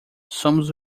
somos